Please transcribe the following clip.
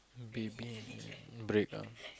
baby break ah